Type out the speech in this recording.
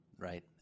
Right